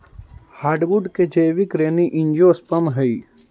hardwood के जैविक श्रेणी एंजियोस्पर्म हइ